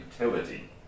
utility